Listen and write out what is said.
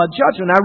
judgment